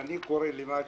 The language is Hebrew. ואני קורא למטה: